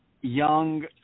young